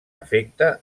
afecte